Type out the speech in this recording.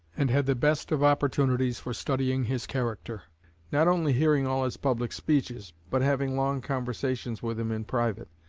and had the best of opportunities for studying his character not only hearing all his public speeches, but having long conversations with him in private,